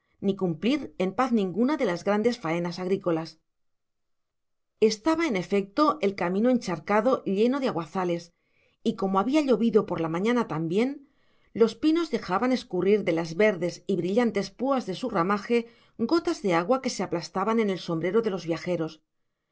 ni cumplir en paz ninguna de las grandes faenas agrícolas estaba en efecto el camino encharcado lleno de aguazales y como había llovido por la mañana también los pinos dejaban escurrir de las verdes y brillantes púas de su ramaje gotas de agua que se aplastaban en el sombrero de los viajeros